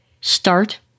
Start